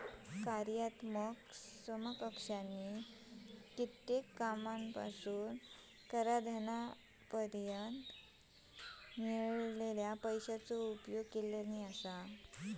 कार्यात्मक समकक्षानी कित्येक कामांका करूक कराधानासून मिळालेल्या पैशाचो उपयोग केल्यानी